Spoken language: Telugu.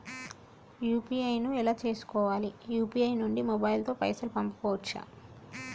యూ.పీ.ఐ ను ఎలా చేస్కోవాలి యూ.పీ.ఐ నుండి మొబైల్ తో పైసల్ పంపుకోవచ్చా?